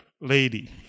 lady